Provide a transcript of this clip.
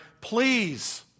Please